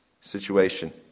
situation